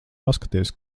paskaties